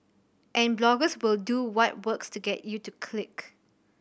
and bloggers will do what works to get you to click